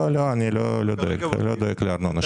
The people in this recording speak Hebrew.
לא, אני לא דואג לארנונה שלי.